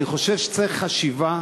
אני חושב שצריך חשיבה.